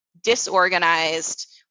disorganized